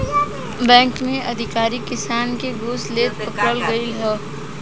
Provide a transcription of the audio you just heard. bank के अधिकारी किसान से घूस लेते पकड़ल गइल ह